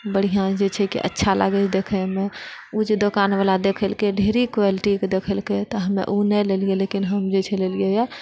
बढिआँ जे छै अच्छा लागैत छै देखयमे ओ जे दोकानबला देखेलकै ढ़ेरी क्वालिटीके देखेलकय तऽ हम ओ नहि लेलियै लेकिन हम जे छै लेलियै हँ